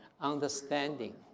understanding